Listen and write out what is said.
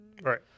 right